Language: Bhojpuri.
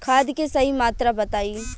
खाद के सही मात्रा बताई?